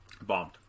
bombed